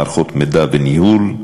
מערכות מידע וניהול,